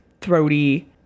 throaty